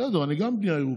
בסדר, גם אני בעד בנייה ירוקה,